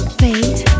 fate